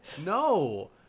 No